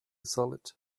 solid